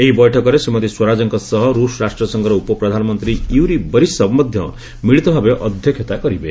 ଏହି ବୈଠକରେ ଶ୍ରୀମତୀ ସ୍ୱରାଜଙ୍କ ସହ ରୁଷ ରାଷ୍ଟ୍ରସଂଘର ଉପପ୍ରଧାନମନ୍ତ୍ରୀ ୟୁରି ବରିସଭ୍ ମଧ୍ୟ ମିଳିତ ଭାବେ ଅଧ୍ୟକ୍ଷତା କରିବେ